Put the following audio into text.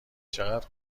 چقدر